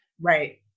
Right